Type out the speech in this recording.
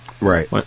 Right